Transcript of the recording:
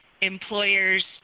employers